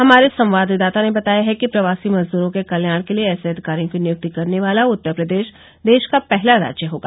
हमारे संवाददाता ने बताया है कि प्रवासी मजदूरों के कल्याण के लिए ऐसे अधिकारियों की नियुक्ति करने वाला उत्तर प्रदेश देश का पहला राज्य होगा